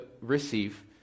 receive